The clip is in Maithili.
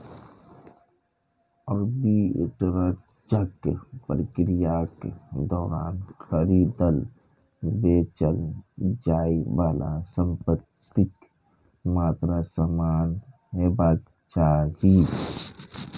आर्बिट्रेजक प्रक्रियाक दौरान खरीदल, बेचल जाइ बला संपत्तिक मात्रा समान हेबाक चाही